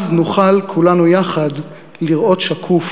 אז נוכל כולנו יחד לראות שקוף,